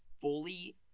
fully